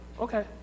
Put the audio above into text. Okay